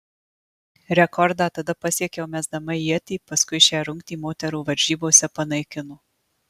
rekordą tada pasiekiau mesdama ietį paskui šią rungtį moterų varžybose panaikino